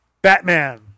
Batman